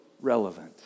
relevant